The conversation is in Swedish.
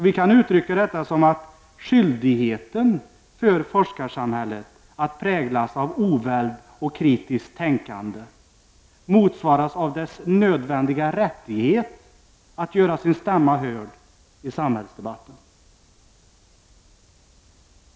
Vi kan uttrycka detta som att skyldigheten för forskarsamhället att präglas av oväld och kritiskt tänkande motsvaras av dess nödvändiga rättighet att göra sin stämma hörd i samhällsdebatten.